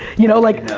you know, like.